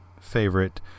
favorite